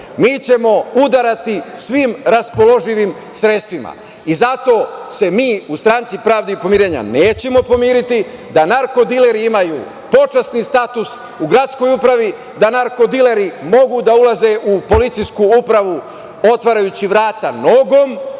Mi ćemo udarati svim raspoloživim sredstvima. Zato se mi u Stranci pravde i pomirenja nećemo pomiriti da narkodileri imaju počasni status u gradskoj upravi, da narkodileri mogu da ulaze u policijsku upravu otvarajući vrata nogom,